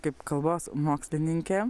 kaip kalbos mokslininkė